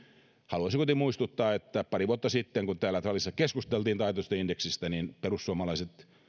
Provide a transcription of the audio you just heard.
haluaisin kuitenkin muistuttaa että pari vuotta sitten kun täällä salissa keskusteltiin taitetusta indeksistä niin perussuomalaiset